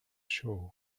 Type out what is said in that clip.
show